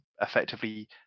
effectively